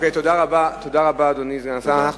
תודה רבה, אדוני סגן השר.